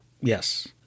Yes